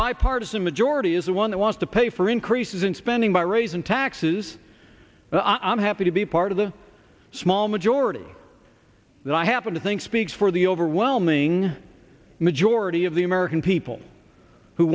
bipartisan majority is the one that wants to pay for increases in spending by raising taxes and i'm happy to be part of the small majority that i happen to think speaks for the overwhelming majority of the american people who